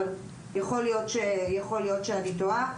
אבל יכול להיות שאני טועה.